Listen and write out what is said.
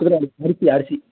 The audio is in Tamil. குதிரை வாலி அரிசி அரிசி